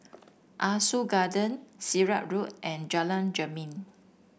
Ah Soo Garden Sirat Road and Jalan Jermin